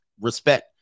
respect